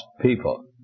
people